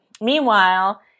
Meanwhile